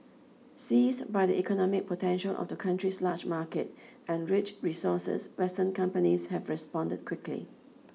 seized by the economic potential of the country's large market and rich resources Western companies have responded quickly